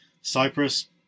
Cyprus